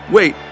Wait